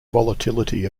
volatility